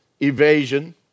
evasion